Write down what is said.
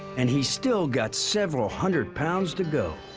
and he's still got several hundred pounds to go.